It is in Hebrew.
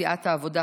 סיעת העבודה,